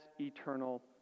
eternal